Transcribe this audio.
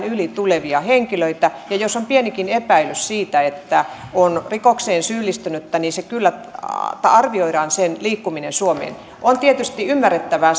yli tulevia henkilöitä ja jos on pienikin epäilys siitä että on rikokseen syyllistynyt niin kyllä arvioidaan hänen liikkumisensa suomeen on tietysti ymmärrettävää